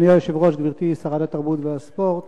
אדוני היושב-ראש, גברתי שרת התרבות והספורט,